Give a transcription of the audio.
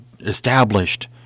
established